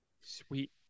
Sweet